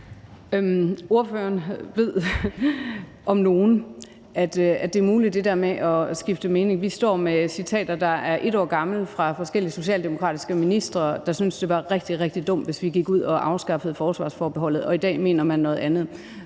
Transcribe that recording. Kronborg ved om nogen, at det der med at skifte mening er muligt. Vi står med citater, der er et år gamle, fra forskellige socialdemokratiske ministre, der syntes, at det var rigtig, rigtig dumt, hvis vi gik ud og afskaffede forsvarsforbeholdet, og i dag mener man noget andet.